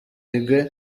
uruguay